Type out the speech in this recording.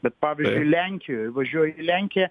bet pavyzdžiui lenkijoj įvažiuoji į lenkiją